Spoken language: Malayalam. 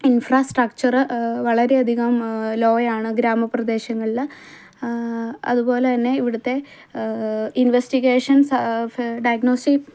ഇന്ഫ്രാസ്ട്രക്ചർ വളരെയധികം ലോ ആണ് ഗ്രാമപ്രദേശങ്ങളിൽ അതുപോലെ തന്നെ ഇവിടുത്തെ ഇന്വെസ്റ്റിഗേഷന്സ് ഡയഗ്നോസ്